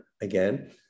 again